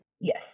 Yes